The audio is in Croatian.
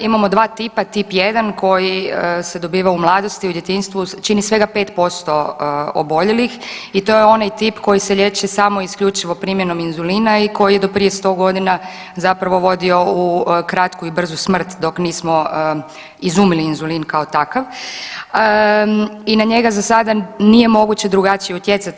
Imamo dva tipa, Tip 1 koji se dobiva u mladosti, u djetinjstvu čini svega 5% oboljelih i to je onaj tip koji se liječi samo isključivo primjenom inzulina i koji je do prije 100 godina zapravo vodio u kratku i brzu smrt dok nismo izumili inzulin kao takav i na njega za sada nije moguće drugačije utjecati.